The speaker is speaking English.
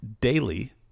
daily